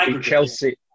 Chelsea